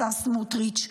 לשר סמוטריץ'.